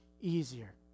easier